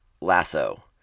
Lasso